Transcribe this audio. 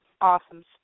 awesome